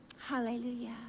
Hallelujah